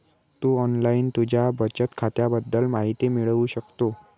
तू online तुझ्या बचत खात्याबद्दल माहिती मिळवू शकतो